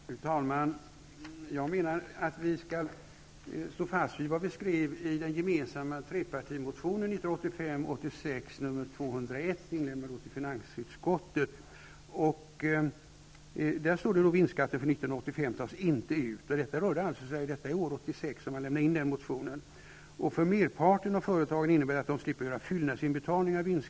Fru talman! Jag menar att vi skall stå fast vid vad vi skrev i vår trepartimotion till 1985/86 års riksmöte. Det åberopades emellertid att det skulle bli för komplicerat att göra om företagsdeklarationerna för år 1984. Jag tycker emellertid inte att det var något särskilt starkt argument.